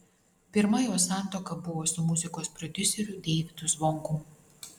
pirma jos santuoka buvo su muzikos prodiuseriu deivydu zvonkum